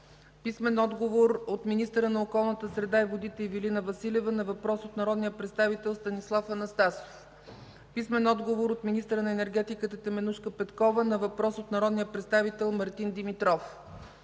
Анастасов; - от министъра на околната среда и водите Ивелина Василева на въпрос от народния представител Станислав Анастасов; - от министъра на енергетиката Теменужка Петкова на въпрос от народния представител Мартин Димитров;